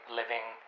living